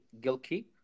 Gilkey